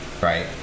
Right